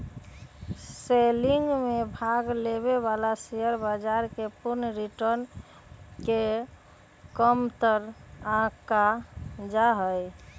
selling में भाग लेवे वाला शेयर बाजार के पूर्ण रिटर्न के कमतर आंका जा हई